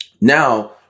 Now